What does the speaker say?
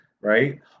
right